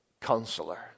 Counselor